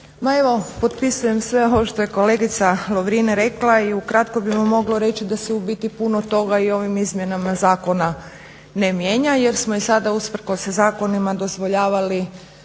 evo potpisujem sve ovo što je kolegica Lovrin rekla i ukratko bismo mogli reći da se u biti puno toga i ovim izmjenama zakona ne mijenja, jer smo i sada usprkos zakonima dozvoljavali